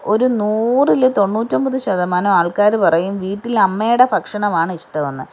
ഒരു നൂറിൽ തൊണ്ണൂറ്റി ഒൻപത് ശതമാനം ആൾക്കാർ പറയും വീട്ടിൽ അമ്മയുടെ ഭക്ഷണമാണ് ഇഷ്ടമെന്ന്